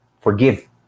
Forgive